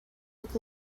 look